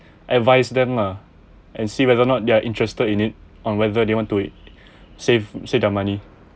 advise them lah and see whether not they're interested in it or whether they want to it save save their money